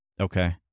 Okay